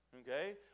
Okay